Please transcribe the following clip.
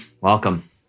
welcome